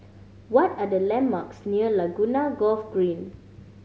what are the landmarks near Laguna Golf Green